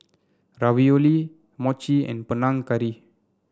Ravioli Mochi and Panang Curry